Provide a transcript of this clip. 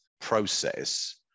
process